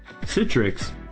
Citrix